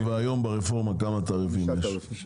כמה תעריפים יש היום?